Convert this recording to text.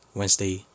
Wednesday